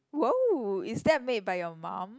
wow is that made by your mum